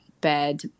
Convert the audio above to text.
bed